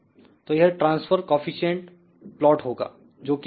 तो यह transfer coefficient plot होगा जोकि